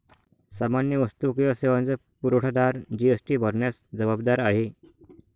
सामान्य वस्तू किंवा सेवांचा पुरवठादार जी.एस.टी भरण्यास जबाबदार आहे